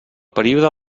període